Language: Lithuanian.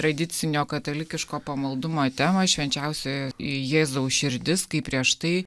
tradicinio katalikiško pamaldumo temoj švenčiausioji jėzaus širdis kai prieš tai